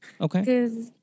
Okay